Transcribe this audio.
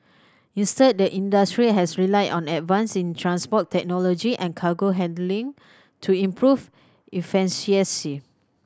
instead the industry has relied on advances in transport technology and cargo handling to improve